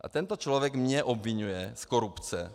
A tento člověk mě obviňuje z korupce.